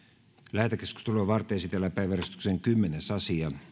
lähetekeskustelua varten esitellään päiväjärjestyksen kymmenes asia